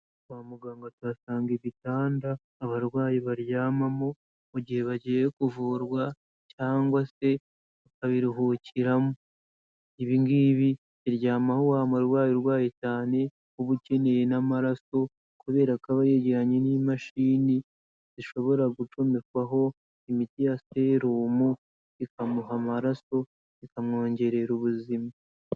Kwa muganga tuhasanga ibitanda abarwayi baryamamo mu gihe bagiye kuvurwa cyangwa se bakabiruhukiramo, ibi ngibi biryamaho wa murwayi urwaye cyane uba ukeneye n'amaraso, kuberako aba yegeranye n'imashini zishobora gucomekwaho imiti ya serumu ikamuha amaraso ikamwongerera ubuzima.